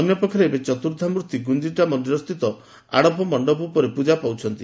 ଅନ୍ୟପକ୍ଷରେ ଏବେ ଚତୁର୍କ୍ଷାମୂର୍ଭି ଗୁଖିଚା ମନ୍ଦିରସ୍ଥିତ ଆଡପ ମଣ୍ଡପ ଉପରେ ପୂଜା ପାଉଛନ୍ତି